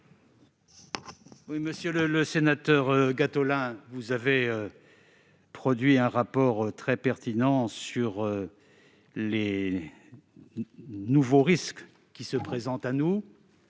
Monsieur le sénateur André Gattolin, vous avez produit un rapport très pertinent sur les nouveaux risques qui se présentent à nous,